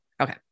Okay